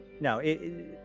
no